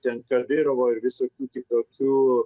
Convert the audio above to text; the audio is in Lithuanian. ten kadyrovo ir visokių kitokių